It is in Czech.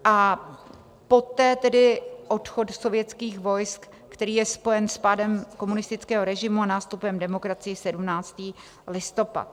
A poté tedy odchod sovětských vojsk, který je spojen s pádem komunistického režimu a nástupem demokracie, 17. listopad.